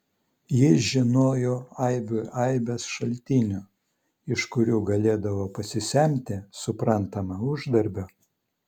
jis žinojo aibių aibes šaltinių iš kurių galėdavo pasisemti suprantama uždarbio